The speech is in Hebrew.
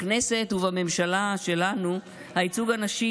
בכנסת ובממשלה שלנו הייצוג הנשי